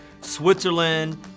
Switzerland